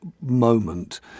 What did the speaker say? moment